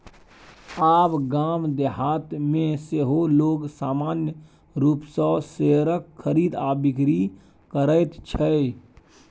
आब गाम देहातमे सेहो लोग सामान्य रूपसँ शेयरक खरीद आ बिकरी करैत छै